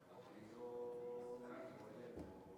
אורלי, אורלי, בואי לפה.